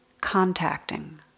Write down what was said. contacting